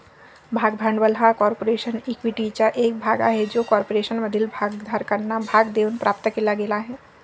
भाग भांडवल हा कॉर्पोरेशन इक्विटीचा एक भाग आहे जो कॉर्पोरेशनमधील भागधारकांना भाग देऊन प्राप्त केला गेला आहे